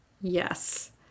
yes